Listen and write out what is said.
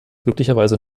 glücklicherweise